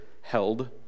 held